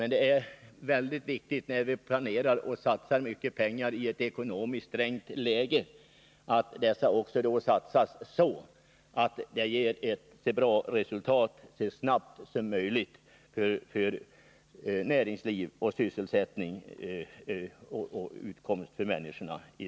I ett trängt ekonomiskt läge är det viktigt att de satsningar som görs inom näringslivet ger ett bra resultat så snabbt som möjligt så att man skapar sysselsättning och utkomstmöjligheter för människorna.